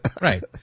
Right